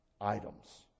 items